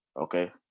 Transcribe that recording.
Okay